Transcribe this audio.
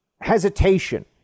hesitation